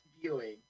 viewing